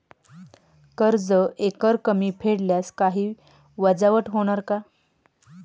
कर्ज एकरकमी फेडल्यास काही वजावट होणार का?